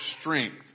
strength